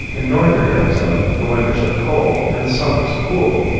in northern arizona the winters are cold and the summers cool.